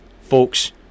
folks